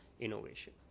innovation